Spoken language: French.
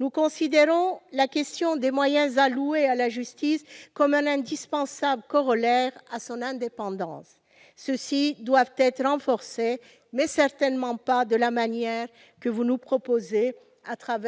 Nous considérons la question des moyens alloués à la justice comme un indispensable corollaire à son indépendance. Ceux-ci doivent être renforcés, mais certainement pas, comme vous nous le proposez, par